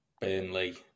Burnley